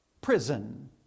prison